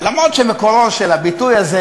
אומנם מקורו של הביטוי הזה,